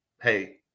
Hey